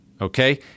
Okay